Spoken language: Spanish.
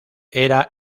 era